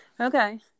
Okay